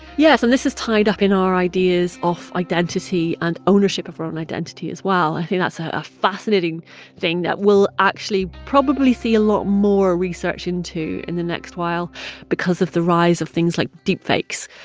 yes, and this is tied up in our ideas of identity and ownership of our own identity as well. i think that's a a fascinating thing that we'll actually probably see a lot more research into in the next while because of the rise of things like deepfakes,